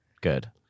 Good